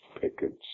pickets